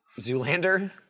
Zoolander